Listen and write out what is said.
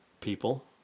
people